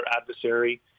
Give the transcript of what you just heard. adversary